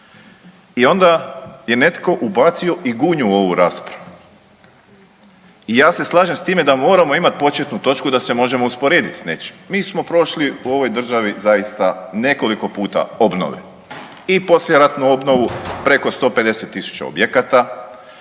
I onda je netko ubacio i Gunju u ovu raspravu. I ja se slažem sa time da moramo imati početnu točku da se možemo usporediti sa nečim. Mi smo prošli u ovoj državi zaista nekoliko puta obnove i poslijeratnu obnovu preko 150 000 objekata